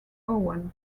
owen